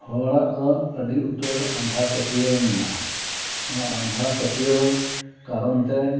ᱦᱚᱲᱟᱜ ᱫᱚ ᱟᱹᱰᱤ ᱩᱛᱟᱹᱨ ᱟᱸᱫᱷᱟ ᱯᱟᱹᱛᱭᱟᱹᱣ ᱢᱮᱱᱟᱜᱼᱟ ᱚᱱᱟ ᱟᱸᱫᱷᱟ ᱯᱟᱹᱛᱭᱟᱹᱣ ᱠᱟᱨᱚᱱ ᱛᱮ